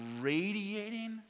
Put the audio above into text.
radiating